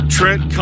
Trent